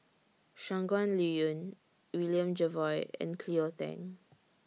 Shangguan Liuyun William Jervois and Cleo Thang